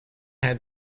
had